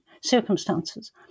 circumstances